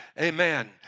Amen